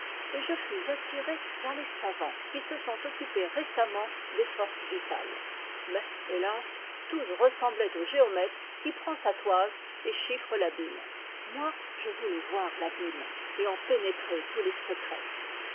et je fus attiré vers les savants qui se sont occupés récemment des forces vitales mais hélas tous ressemblaient au géomètre qui prend sa toise et chiffre l'abîme moi je voulais voir l'abîme et en pénétrer tous les secrets